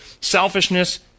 selfishness